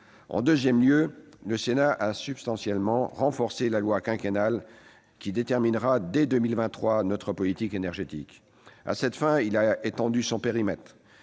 En deuxième lieu, le Sénat a substantiellement renforcé la loi quinquennale qui déterminera, dès 2023, notre politique énergétique. En particulier, il a étendu le périmètre